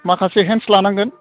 माखासे हेन्स लानांगोन